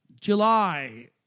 July